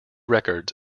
records